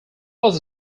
was